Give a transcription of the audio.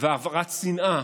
והעברת שנאה